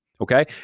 Okay